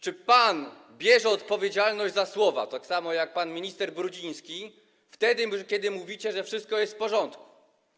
Czy pan bierze odpowiedzialność za słowa - tak samo jak pan minister Brudziński - wtedy kiedy mówicie, że wszystko jest w porządku?